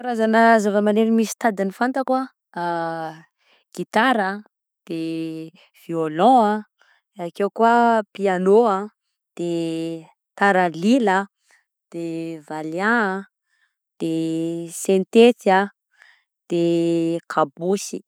Karazana zava-maneno misy tadiny fantako a: gitara a, de violon, ake koa piano a, de taralila, de valiha a, de synthety a, de gabôsy.